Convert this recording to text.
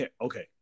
Okay